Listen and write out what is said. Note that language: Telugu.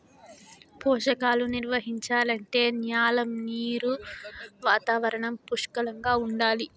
పోషకాలు నిర్వహించాలంటే న్యాల నీరు వాతావరణం పుష్కలంగా ఉండాలి